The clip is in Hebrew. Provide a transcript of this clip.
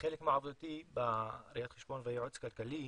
כחלק מעבודתי בראיית חשבון וייעוץ כלכלי